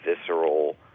visceral